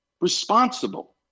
responsible